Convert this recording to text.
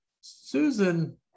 Susan